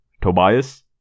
Tobias